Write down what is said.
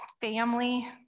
family